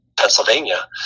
Pennsylvania